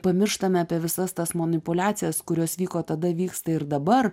pamirštame apie visas tas manipuliacijas kurios vyko tada vyksta ir dabar